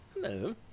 Hello